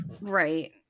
right